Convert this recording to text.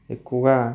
ఎక్కువగా